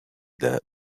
but